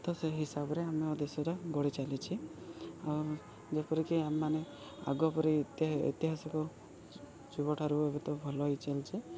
ତ ସେହି ହିସାବରେ ଆମ ଦେଶରେ ଗଢ଼ି ଚାଲିଛି ଆଉ ଯେପରିକି ଆମମାନେ ଆଗପରି ଇତି ଇତିହାସକୁ ଯୁବଠାରୁ ଏବେ ତ ଭଲ ହେଇ ଚାଲିଛି